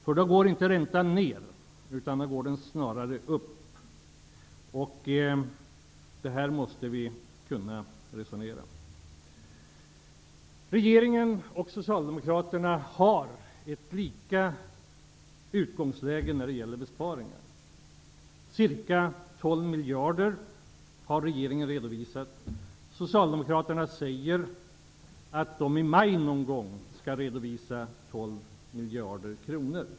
I så fall går inte räntan ner utan snarare upp. Vi måste kunna resonera kring detta. Regeringen och Socialdemokraterna har samma utgångsläge när det gäller besparingar. Regeringen har redovisat ca 12 miljarder. Socialdemokraterna säger att de någon gång i maj skall redovisa 12 miljarder kronor.